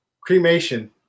cremation